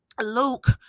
Luke